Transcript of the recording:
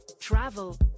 travel